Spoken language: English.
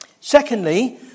Secondly